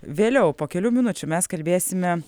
vėliau po kelių minučių mes kalbėsime